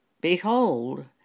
Behold